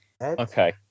Okay